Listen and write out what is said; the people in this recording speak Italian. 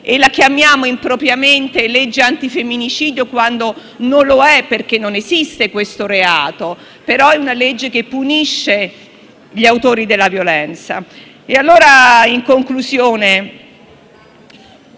ma la chiamiamo impropriamente «legge anti-femminicidio», quando non lo è, perché non esiste questo reato, ma è una legge che punisce gli autori della violenza. In conclusione,